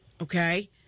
Okay